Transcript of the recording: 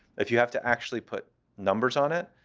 if you have to actually put numbers on it,